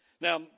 Now